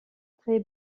très